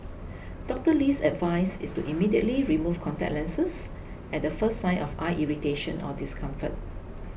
Doctor Lee's advice is to immediately remove contact lenses at the first sign of eye irritation or discomfort